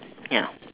ya